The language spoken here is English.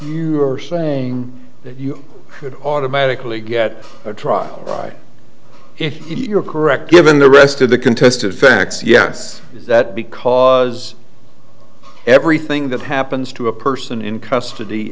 you are saying you would automatically get a trial right if you're correct given the rest of the contested facts yes that because everything that happens to a person in custody